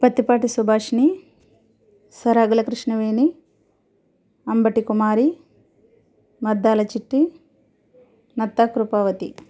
Pattipati Subhashini Saragala Krishnaveni Ambati Kumari Maddala Chitti Natta Krupavathi